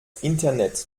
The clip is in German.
internet